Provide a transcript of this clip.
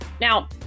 Now